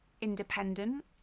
independent